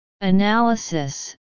Analysis